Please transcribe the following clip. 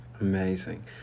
Amazing